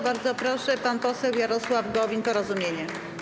Bardzo proszę, pan poseł Jarosław Gowin, Porozumienie.